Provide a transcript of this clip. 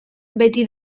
beti